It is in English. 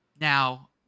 Now